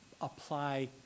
apply